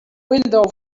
window